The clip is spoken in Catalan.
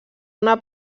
una